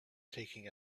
taking